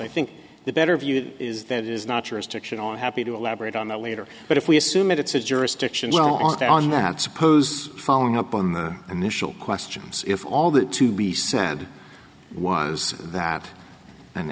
i think the better view is that it is not yours to action on happy to elaborate on that later but if we assume its jurisdiction on the on that suppose following up on the initial questions if all that to be sad was that an